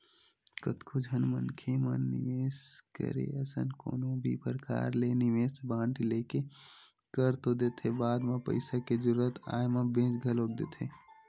कतको झन मनखे मन निवेस करे असन कोनो भी परकार ले निवेस बांड लेके कर तो देथे बाद म पइसा के जरुरत आय म बेंच घलोक देथे